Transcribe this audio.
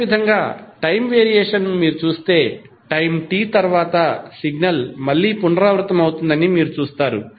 అదేవిధంగా time variation ను మీరు చూస్తే టైమ్ T తర్వాత సిగ్నల్ మళ్లీ పునరావృతమవుతుందని మీరు చూస్తారు